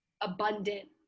abundant